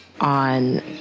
on